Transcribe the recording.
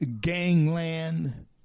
gangland